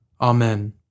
Amen